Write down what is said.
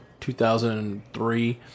2003